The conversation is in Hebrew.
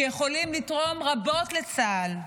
שיכולים לתרום רבות לצה"ל?